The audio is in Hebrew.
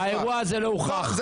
האירוע הזה לא הוכח.